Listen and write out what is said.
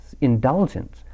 indulgence